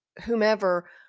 whomever